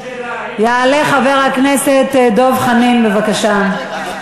יעלה חבר הכנסת דב חנין, בבקשה.